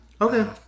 Okay